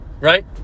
Right